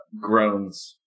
groans